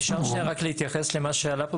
אפשר שנייה רק להתייחס למה שעלה פה,